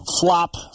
flop